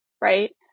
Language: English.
right